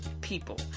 people